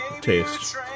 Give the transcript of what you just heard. taste